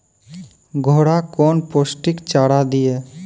घोड़ा कौन पोस्टिक चारा दिए?